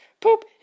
poop